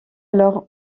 alors